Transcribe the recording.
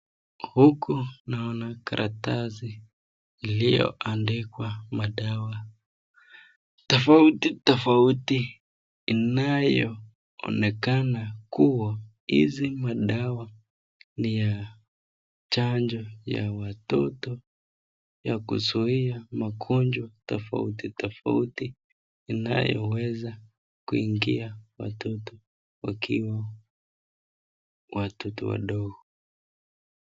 Huku naona karatasi iliyoandikwa madawa tofauti tofauti inayoonekana kuwa hizi madawa ni ya chanjo ya watoto ya kuzuia magonjwa tofauti tofauti inayoweza kuingia watoto wakiwa watoto wadogo.